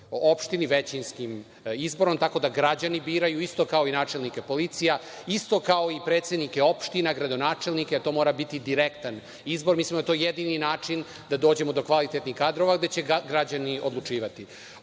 opštini, većinskim izborom, tako da građani biraju isto kao i načelnike policije, isto kao i predsednike opština, gradonačelnike. To mora biti direktan izbor. Mislimo da je to jedini način da dođemo do kvalitetnih kadrova gde će građani odlučivati. Ovakav